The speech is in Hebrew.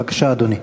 בבקשה, אדוני.